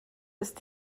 ist